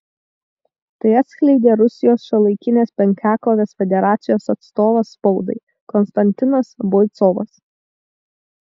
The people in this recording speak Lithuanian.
tai atskleidė rusijos šiuolaikinės penkiakovės federacijos atstovas spaudai konstantinas boicovas